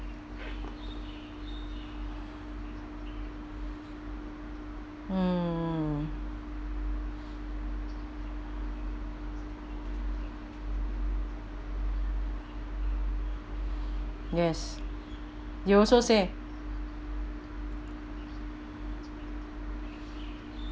hmm yes you also say